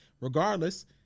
regardless